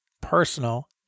personal